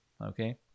okay